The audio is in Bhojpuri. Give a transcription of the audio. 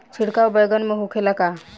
छिड़काव बैगन में होखे ला का?